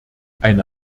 eine